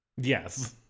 Yes